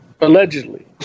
allegedly